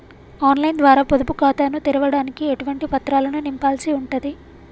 On line ద్వారా పొదుపు ఖాతాను తెరవడానికి ఎటువంటి పత్రాలను నింపాల్సి ఉంటది?